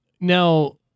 Now